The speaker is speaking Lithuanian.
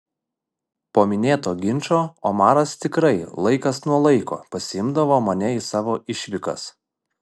po minėto ginčo omaras tikrai laikas nuo laiko pasiimdavo mane į savo išvykas